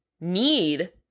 need